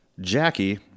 Jackie